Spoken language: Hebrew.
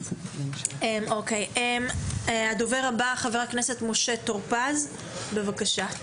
חבר הכנסת משה טור פז, בבקשה.